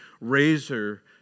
razor